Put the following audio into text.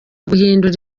guhindura